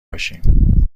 باشیم